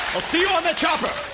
i'll see you on the chopper